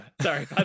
Sorry